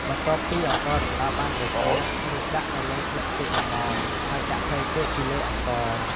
បន្ទាប់ពីអង្ករដំណើបបានត្រជាក់រួចដាក់នៅលើស្លឹកចេកល្មម ហើយដាក់ផ្លែចេកពីលើអង្ករ។